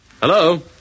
Hello